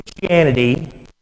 Christianity